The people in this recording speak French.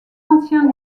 anciens